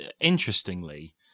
interestingly